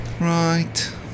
Right